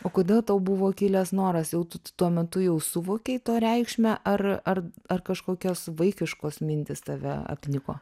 o kodėl tau buvo kilęs noras jau tu tuo metu jau suvokei to reikšmę ar ar ar kažkokios vaikiškos mintys tave apniko